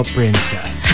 Princess